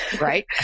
Right